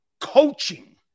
coaching